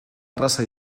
erraza